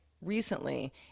recently